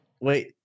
Wait